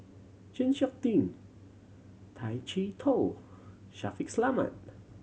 Chng Seok Tin Tay Chee Toh Shaffiq Selamat